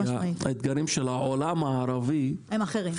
האתגרים של העולם הערבי --- הם אחרים.